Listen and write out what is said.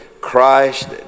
Christ